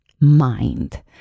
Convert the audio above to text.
Mind